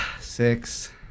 Six